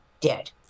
dead